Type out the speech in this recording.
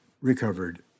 recovered